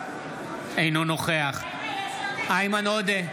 אינו נוכח איימן עודה,